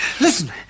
Listen